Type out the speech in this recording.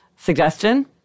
Suggestion